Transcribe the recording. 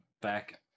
back